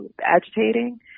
agitating